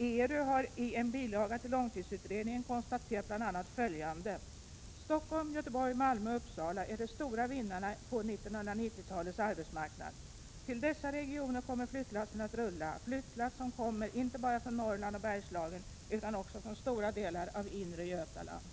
ERU har i en bilaga till långtidsutredningen konstaterat bl.a. följande: ”Stockholm, Göteborg, Malmö och Uppsala är de stora vinnarna på 1990-talets arbetsmarknad. Till dessa regioner kommer flyttlassen att rulla — flyttlass som kommer inte bara från Norrland och Bergslagen utan också från stora delar av inre Götaland.”